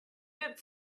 bit